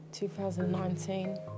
2019